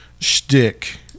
shtick